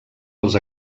els